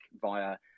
via